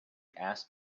asked